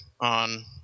on